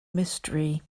mystery